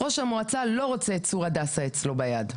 ראש המועצה לא רוצה את צור הדסה אצלו ביד.